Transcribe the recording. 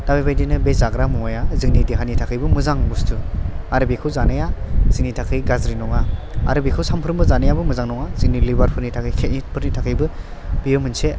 दा बेबादिनो बे जाग्रा मुवाया जोंनि देहानि थाखायबो मोजां बुस्थु आरो बेखौ जानाया जोंनि थाखाय गाज्रि नङा आरो बेखौ सानफ्रोमबो जानायाबो मोजां नङा जोंनि लिबार फोरनि थाखाय किदनि फोरनि थाखायबो बेयो मोनसे